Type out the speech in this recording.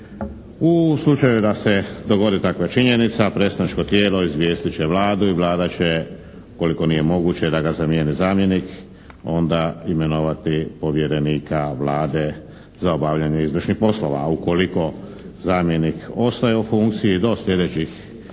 U slučaju da se dogodi takva činjenica predstavničko tijelo izvijestit će Vladu i Vlada će ukoliko nije moguće da ga zamijeni zamjenik onda imenovati povjerenika Vlade za obavljanje izvršnih poslova. Ukoliko zamjenik ostaje u funkciji do sljedećih